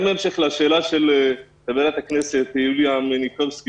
גם בהמשך לשאלה של חברת הכנסת יוליה מלינובסקי